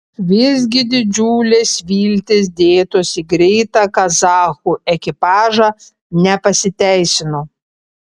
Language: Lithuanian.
visgi didžiulės viltys dėtos į greitą kazachų ekipažą nepasiteisino